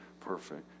perfect